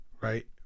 right